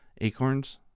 acorns